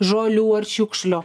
žolių ar šiukšlių